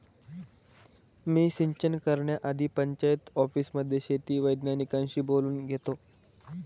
मी सिंचन करण्याआधी पंचायत ऑफिसमध्ये शेती वैज्ञानिकांशी बोलून घेतो